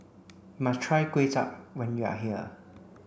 must try Kuay Chap when you are here